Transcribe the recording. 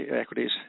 equities